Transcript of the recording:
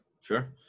Sure